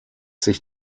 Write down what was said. sich